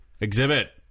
Exhibit